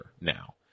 now